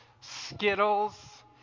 Skittles